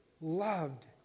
loved